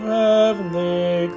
heavenly